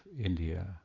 India